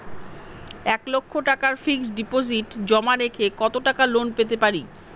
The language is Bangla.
এক লক্ষ টাকার ফিক্সড ডিপোজিট জমা রেখে কত টাকা লোন পেতে পারি?